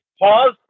pause